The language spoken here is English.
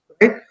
right